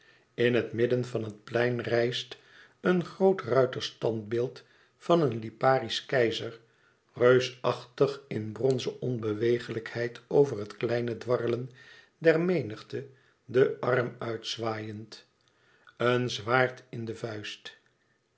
in het midden van het plein rijst een groot ruiterstandbeeld van een liparisch keizer reusachtig in bronzen onbewegelijkheid over het kleine dwarrelen der menigte den arm uitzwaaiend een zwaard in de vuist